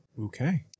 Okay